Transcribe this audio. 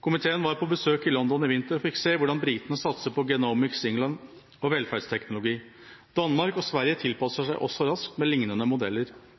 Komiteen var på besøk i London i vinter og fikk se hvordan britene satser på Genomics England og velferdsteknologi. Danmark og Sverige tilpasser seg også raskt med lignende modeller.